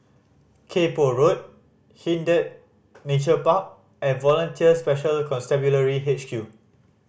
Kay Poh Road Hindhede Nature Park and Volunteer Special Constabulary H Q